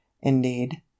indeed